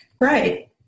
Right